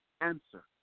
answer